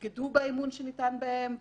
יבגדו באמון שניתן בהם,